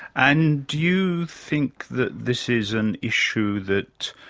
and do you think that this is an issue that,